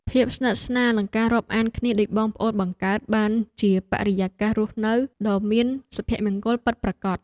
ភាពស្និទ្ធស្នាលនិងការរាប់អានគ្នាដូចបងប្អូនបង្កើតបានជាបរិយាកាសរស់នៅដ៏មានសុភមង្គលពិតប្រាកដ។